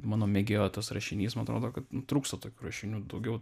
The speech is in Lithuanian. mano mėgėjo tas rašinys man atrodo kad trūksta tokių rašinių daugiau